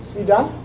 you done?